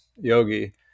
yogi